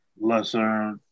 lesser